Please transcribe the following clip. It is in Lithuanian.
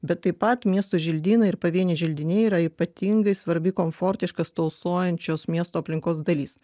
bet taip pat miesto želdynai ir pavieniai želdiniai yra ypatingai svarbi komfortiškos tausojančios miesto aplinkos dalis